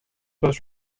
was